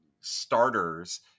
starters